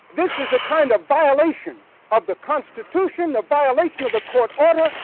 this is the kind of violation of the constitution, the violation of the court order,